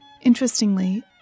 Interestingly